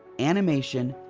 animation,